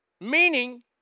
Meaning